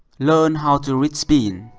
learn how to read spin.